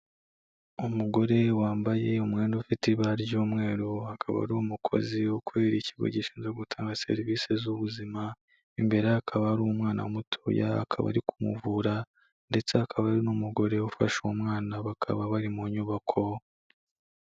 Umugore wambaye umwenda ufite ibara ry'umweru, akaba ari umukozi ukorera ikigo gishinzwe gutanga serivisi z'ubuzima, imbere hakaba hari umwana mutoya, akaba ari kumuvura ndetse hakaba hari n'umugore ufashe uwo mwana bakaba bari mu nyubako.